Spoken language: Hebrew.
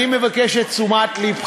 אני מבקש את תשומת לבך,